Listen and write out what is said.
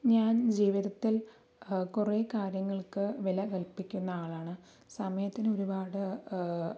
ഞാൻ ജീവിതത്തിൽ കുറെ കാര്യങ്ങൾക്ക് വില കല്പിക്കുന്ന ആളാണ് സമയത്തിന് ഒരുപാട്